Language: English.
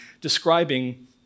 describing